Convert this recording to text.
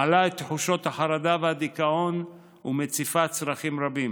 מעלה את תחושות החרדה והדיכאון ומציפה צרכים רבים.